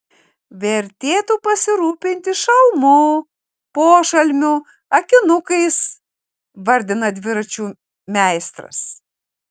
vertėtų pasirūpinti šalmu pošalmiu akinukais vardina dviračių meistras